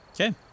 Okay